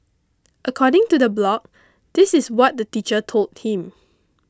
according to the blog this is what the teacher told him